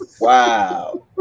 wow